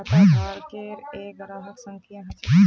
खाताधारकेर एक ग्राहक संख्या ह छ